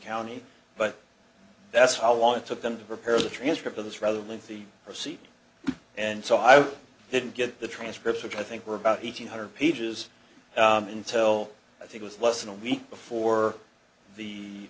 county but that's how long it took them to prepare the transcript of this rather lengthy procedure and so i didn't get the transcripts which i think were about eight hundred pages intil i think was less than a week before the